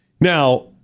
Now